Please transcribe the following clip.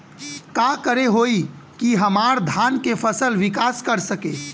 का करे होई की हमार धान के फसल विकास कर सके?